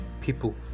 people